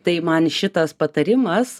tai man šitas patarimas